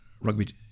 rugby